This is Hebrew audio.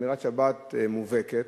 שמירת שבת מובהקת,